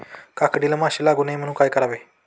काकडीला माशी लागू नये म्हणून काय करावे?